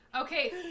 Okay